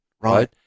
Right